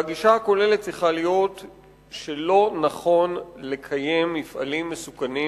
והגישה הכוללת צריכה להיות שלא נכון לקיים מפעלים מסוכנים